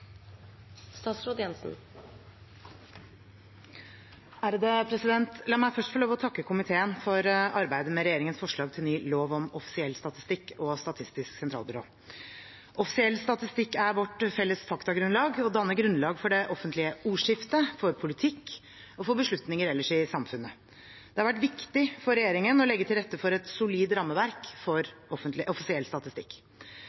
La meg først få lov til å takke komiteen for arbeidet med regjeringens forslag til ny lov om offisiell statistikk og Statistisk sentralbyrå. Offisiell statistikk er vårt felles faktagrunnlag og danner grunnlag for det offentlige ordskiftet, for politikk og for beslutninger ellers i samfunnet. Det har vært viktig for regjeringen å legge til rette for et solid rammeverk